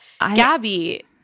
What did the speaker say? Gabby